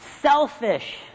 selfish